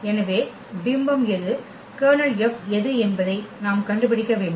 எனவே பிம்பம் எது Ker எது என்பதை நாம் கண்டுபிடிக்க வேண்டும்